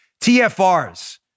TFRs